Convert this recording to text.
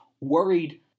worried